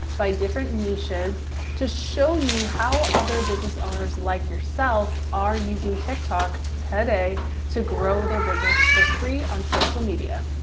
by different niches to show you how other business owners like yourself are using tiktok today to grow their business for free on social media.